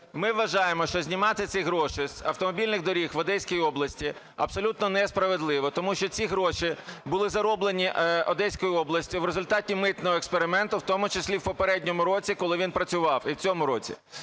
Ми вважаємо, що знімати ці гроші з автомобільних доріг в Одеській області абсолютно несправедливо, тому що ці гроші були зароблені Одеською областю в результаті митного експерименту, в тому числі в попередньому році, коли він працював, і в цьому році.